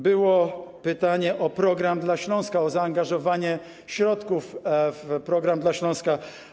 Było również pytanie o „Program dla Śląska”, o zaangażowanie środków w „Program dla Śląska”